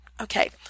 Okay